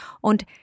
und